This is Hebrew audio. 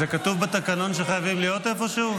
זה כתוב בתקנון שחייבים להיות איפשהו?